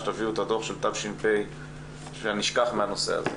כשתביאו את הדוח של תש"ף ונשכח מהנושא הזה.